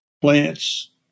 plants